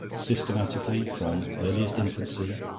systematically, from earliest infancy,